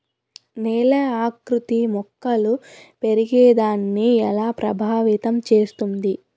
నేల ఆకృతి మొక్కలు పెరిగేదాన్ని ఎలా ప్రభావితం చేస్తుంది?